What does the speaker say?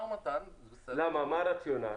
מה הרציונל?